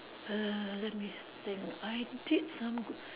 err let me think I did some Goo~